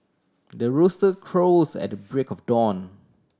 the rooster crows at the break of dawn